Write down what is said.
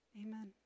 amen